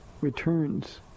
returns